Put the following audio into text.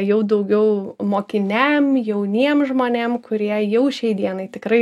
jau daugiau mokiniam jauniem žmonėm kurie jau šiai dienai tikrai